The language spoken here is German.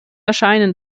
erscheinen